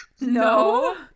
No